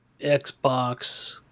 Xbox